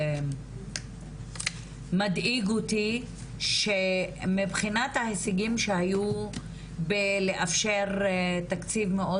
מדאיג אותי שמבחינת ההישגים שהיו בלאפשר תקציב מאוד